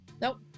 Nope